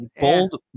Bold